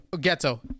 Ghetto